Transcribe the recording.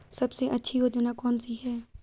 सबसे अच्छी योजना कोनसी है?